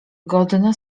godna